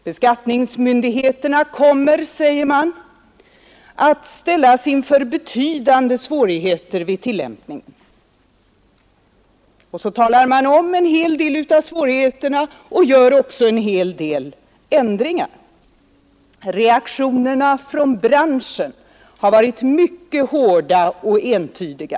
Beskattningsmyndigheterna kommer, säger man, att ställas inför betydande svårigheter vid tillämpningen. Och så talar man om en hel del av svårigheterna och gör också en hel del ändringar. Reaktionerna från branschen har varit mycket hårda och entydiga.